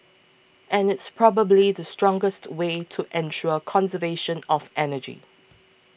and it's probably the strongest way to ensure conservation of energy